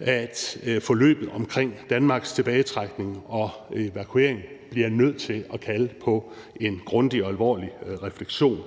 at forløbet omkring Danmarks tilbagetrækning og evakuering bliver nødt til at kalde på en grundig og alvorlig refleksion.